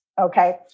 Okay